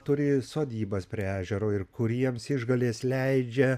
turi sodybas prie ežero ir kuriems išgalės leidžia